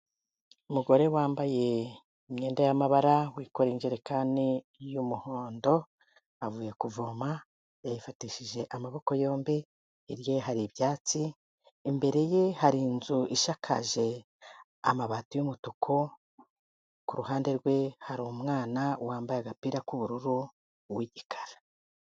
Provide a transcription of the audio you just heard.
Umugore wambaye imyenda y'amabara, wikoreye injerekani y'umuhondo, avuye kuvoma, yayifatishije amaboko yombi, hirya ye hari ibyatsi, imbere ye hari inzu ishakaje amabati y'umutuku, kuruhande rwe hari umwana wambaye agapira k'ubururu, w'igikara.